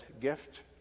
gift